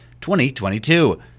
2022